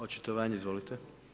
Očitovanje izvolite.